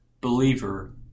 believer